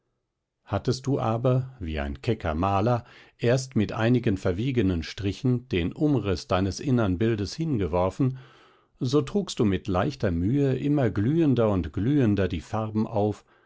hattest du aber wie ein kecker maler erst mit einigen verwegenen strichen den umriß deines innern bildes hingeworfen so trugst du mit leichter mühe immer glühender und glühender die farben auf